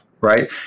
right